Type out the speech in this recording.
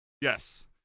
Yes